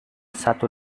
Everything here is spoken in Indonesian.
satu